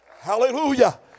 hallelujah